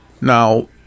Now